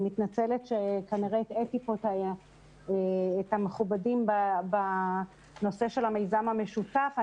אני מתנצלת שכנראה הטעיתי פה את המכובדים בנושא המיזם המשותף.